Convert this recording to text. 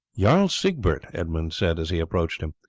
jarl siegbert, edmund said as he approached him,